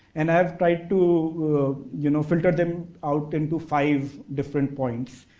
and i've tried to you know filter them out into five different points.